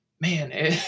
man